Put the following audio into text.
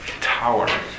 tower